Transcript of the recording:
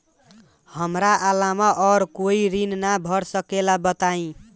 हमरा अलावा और कोई ऋण ना भर सकेला बताई?